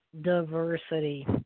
diversity